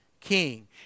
king